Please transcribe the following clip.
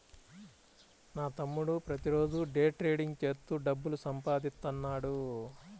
నా తమ్ముడు ప్రతిరోజూ డే ట్రేడింగ్ చేత్తూ డబ్బులు సంపాదిత్తన్నాడు